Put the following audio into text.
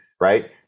right